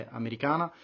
americana